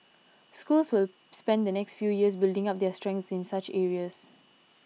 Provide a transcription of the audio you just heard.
schools will spend the next few years building up their strengths in such areas